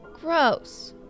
Gross